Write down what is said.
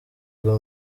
rwo